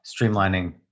streamlining